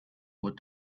what